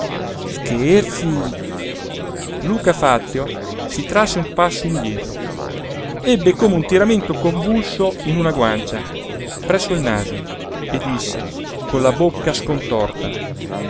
scherzi luca fazio si trasse un passo indietro ebbe come un tiramento convulso in una guancia presso il naso e disse con la bocca scontorta